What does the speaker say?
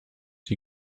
die